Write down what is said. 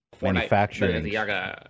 Manufacturing